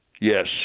Yes